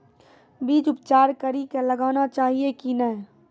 बीज उपचार कड़ी कऽ लगाना चाहिए कि नैय?